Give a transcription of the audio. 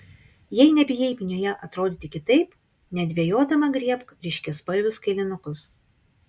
jei nebijai minioje atrodyti kitaip nedvejodama griebk ryškiaspalvius kailinukus